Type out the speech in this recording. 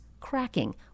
cracking